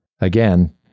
Again